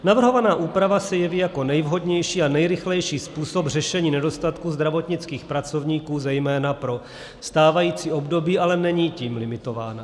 Navrhovaná úprava se jeví jako nejvhodnější a nejrychlejší způsob řešení nedostatku zdravotnických pracovníků zejména pro stávající období, ale není tím limitována.